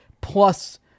plus